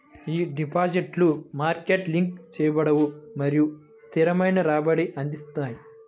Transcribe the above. ఈ డిపాజిట్లు market link చేయబడవు మరియు స్థిరమైన రాబడిని అందిస్తాయి